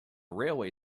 railway